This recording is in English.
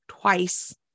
twice